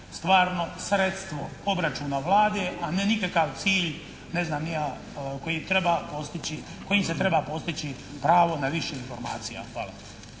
stvarno sredstvo obračuna Vlade, a ne nikakav cilj ne znam ni ja kojim se treba postići pravo na više informacija. Hvala.